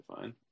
fine